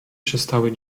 przestały